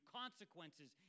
consequences